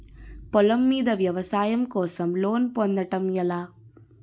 పొలం మీద వ్యవసాయం కోసం లోన్ పొందటం ఎలా?